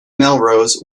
melrose